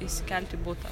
įsikelt į butą